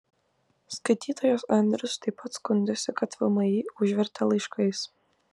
skaitytojas andrius taip pat skundėsi kad vmi užvertė laiškais